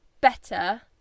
better